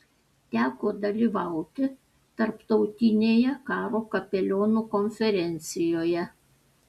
teko dalyvauti tarptautinėje karo kapelionų konferencijoje